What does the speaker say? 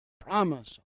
promise